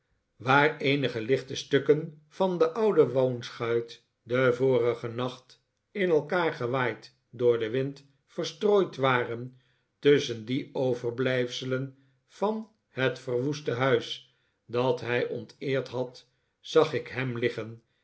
waar eenige lichte stukken van de oude woonschuit den vorigen nacht in elkaar gewaaid door den wind verstrooid waren tusschen die overblijfselen van het verwoeste huis dat hij onteerd had zag ik hem liggen